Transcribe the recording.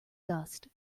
dust